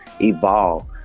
evolve